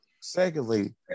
secondly